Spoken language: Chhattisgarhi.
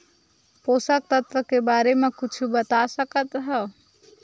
पोषक तत्व के बारे मा कुछु बता सकत हवय?